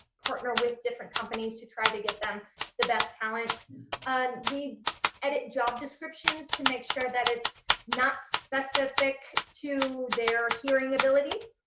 partner with different companies to try to get them the best talent, and we edit job descriptions to make sure that it's not specific to their hearing ability.